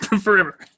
Forever